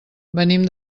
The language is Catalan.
venim